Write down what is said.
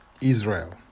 Israel